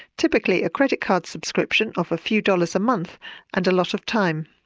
typically a credit card subscription of a few dollars a month and a lot of time.